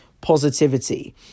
positivity